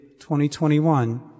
2021